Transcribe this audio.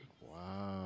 Wow